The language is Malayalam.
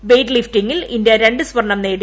വെയ്റ്റ് ലിഫ്റ്റിംഗിൽ ഇന്ത്യ രണ്ടു സ്വർണ്ണം നേടി